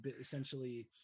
essentially